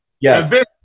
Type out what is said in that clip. yes